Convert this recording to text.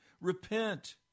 Repent